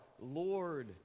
Lord